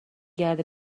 گرده